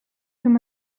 him